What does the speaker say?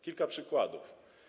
Kilka przykładów.